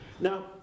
Now